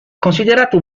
considerato